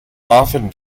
often